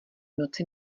noci